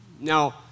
now